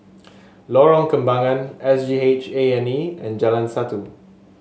Lorong Kembangan S G H A and E and Jalan Satu